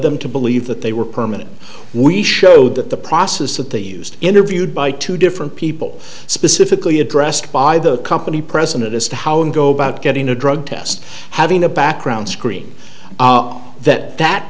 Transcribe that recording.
them to believe that they were permanent we showed that the process that they used interviewed by two different people specifically addressed by the company president as to how and go about getting a drug test having a background screen that that